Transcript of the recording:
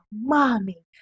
mommy